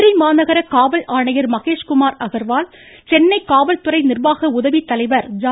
மதுரை மாநகர காவல் ஆணையர் மகேஷ்குமார் அகர்வால் சென்னை காவல்துறை நிர்வாக உதவி தலைவர் ஜா